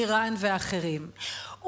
איראן ואחרים.